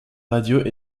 radios